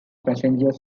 passenger